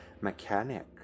mechanic